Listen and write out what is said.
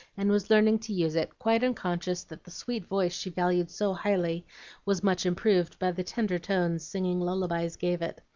and was learning to use it, quite unconscious that the sweet voice she valued so highly was much improved by the tender tones singing lullabies gave it.